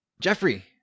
jeffrey